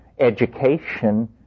education